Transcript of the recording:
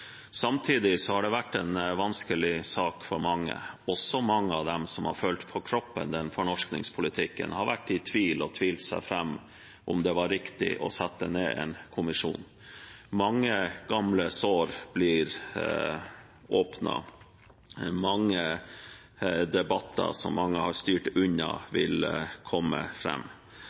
Samtidig har det vært en vanskelig sak for mange. Også mange av dem som har følt fornorskningspolitikken på kroppen, har vært i tvil og tvilt seg fram til om det var riktig å sette ned en kommisjon. Mange gamle sår blir åpnet, mange debatter som mange har styrt unna, vil komme